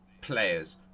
players